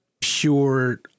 pure